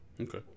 Okay